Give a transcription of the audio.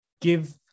give